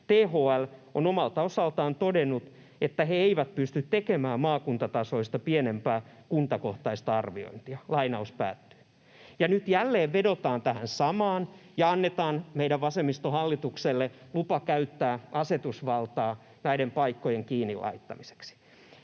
THL on omalta osaltaan todennut, että he eivät pysty tekemään maakuntatasoista pienempää kuntakohtaista arviointia.” Nyt jälleen vedotaan tähän samaan ja annetaan meidän vasemmistohallitukselle lupa käyttää asetusvaltaa näiden paikkojen kiinni laittamiseksi,